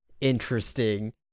Interesting